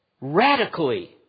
radically